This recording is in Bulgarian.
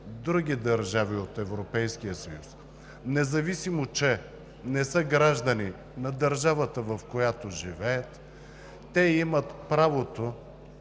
държави от Европейския съюз, независимо че не са граждани на държавата, в която живеят, имат правото